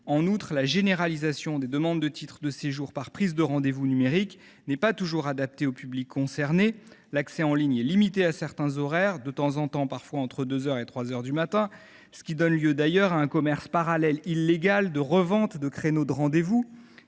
En outre, la généralisation des demandes de titres de séjour par prise de rendez vous numérique n’est pas toujours adaptée au public concerné : l’accès en ligne est limité à certains horaires, parfois entre 2 heures et 3 heures du matin, ce qui donne lieu, d’ailleurs, à un commerce parallèle illégal de revente de créneaux de rendez vous.